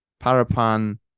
Parapan